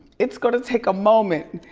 it's gonna take a moment,